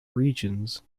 regions